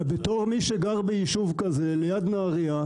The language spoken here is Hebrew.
כמי שגר ביישוב כזה ליד נהריה,